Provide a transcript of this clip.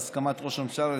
בהסכמת ראש הממשלה,